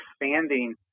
expanding –